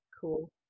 cool